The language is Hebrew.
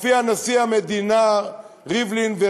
הופיע נשיא המדינה ריבלין,